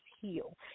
heal